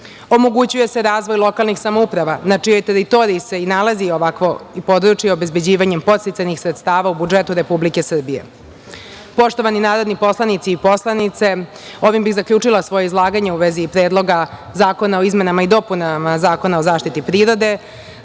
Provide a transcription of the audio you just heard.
Omogućuje se razvoj lokalnih samouprava na čijoj teritoriji se i nalazi ovakvo područje obezbeđivanjem podsticajnih sredstava u budžetu Republike Srbije. Poštovani narodni poslanici i poslanice, ovim bih zaključila svoje izlaganje u vezi Predloga zakona o izmenama i dopunama Zakona o zaštiti prirode.